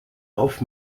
auf